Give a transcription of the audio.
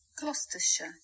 Gloucestershire